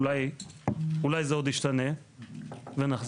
אולי זה עוד ישתנה ונחזור,